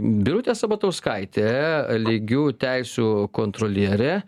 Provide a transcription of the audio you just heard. birutė sabatauskaitė lygių teisių kontrolierė